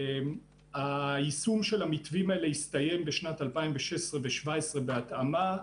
יישום המתווים האלה הסתיים בשנת 2016 וב-2017 בהתאמה.